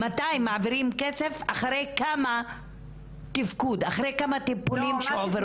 אחרי כמה טיפולים שהועברו.